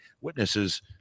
witnesses